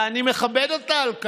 ואני מכבד אותה על כך,